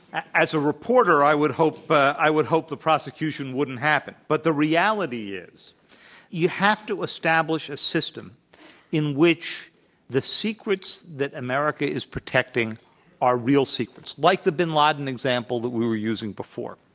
as a reporter, i would hope but i would hope the prosecution wouldn't happen. but the reality is that you have to establish a system in which the secrets that america is protecting are real secrets, like the bin laden example that we were using before.